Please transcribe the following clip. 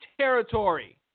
territory